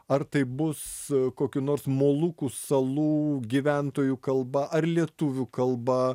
ar tai bus kokių nors molukų salų gyventojų kalba ar lietuvių kalba